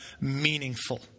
meaningful